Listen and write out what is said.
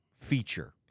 feature